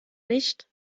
nicht